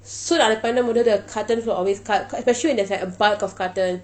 so அது பன்னும் போது:athu pannum pothu the cartons will always cut especially when there's like a bulk of carton